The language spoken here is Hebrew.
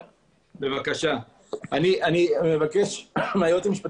מבקש, אם תוכל בהמשך